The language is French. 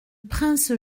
prince